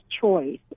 choice